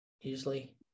usually